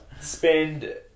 Spend